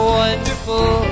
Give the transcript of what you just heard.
wonderful